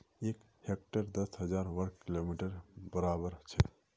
एक हेक्टर दस हजार वर्ग मिटरेर बड़ाबर छे